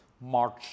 March